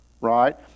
right